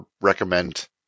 recommend